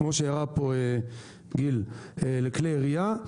כמו שהראה פה גיל לכלי ירייה,